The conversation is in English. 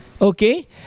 Okay